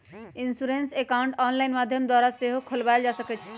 insurance account online माध्यम द्वारा सेहो खोलबायल जा सकइ छइ